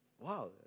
Wow